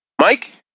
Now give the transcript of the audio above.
Mike